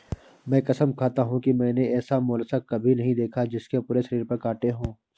मैं कसम खाता हूँ कि मैंने ऐसा मोलस्क कभी नहीं देखा जिसके पूरे शरीर पर काँटे हों